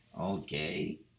Okay